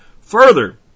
Further